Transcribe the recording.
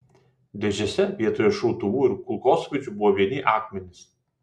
dėžėse vietoj šautuvų ir kulkosvaidžių buvo vieni akmenys